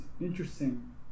interesting